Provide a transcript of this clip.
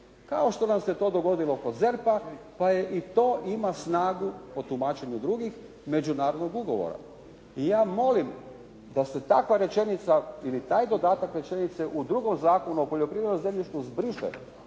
kao što nam se to dogodilo kod ZERP-a pa i to ima snagu po tumačenju drugih međunarodnih ugovora. I ja molim da se takva rečenica ili taj dodatak rečenice u drugom Zakonu o poljoprivrednom zemljištu briše